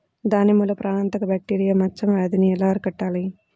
దానిమ్మలో ప్రాణాంతక బ్యాక్టీరియా మచ్చ వ్యాధినీ ఎలా అరికట్టాలి?